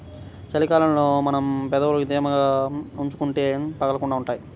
చలి కాలంలో మన పెదవులని తేమగా ఉంచుకుంటే పగలకుండా ఉంటాయ్